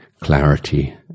clarity